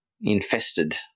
infested